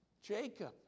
Jacob